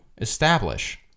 establish